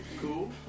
Cool